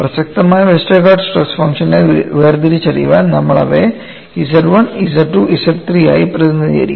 പ്രസക്തമായ Westergaard stress ഫംഗ്ഷനെ വേർതിരിച്ചറിയാൻ നമ്മൾ അവയെ Z 1 Z 2 Z 3 ആയി പ്രതിനിധീകരിക്കും